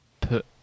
put